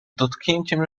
dotknięciem